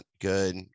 good